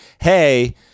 hey –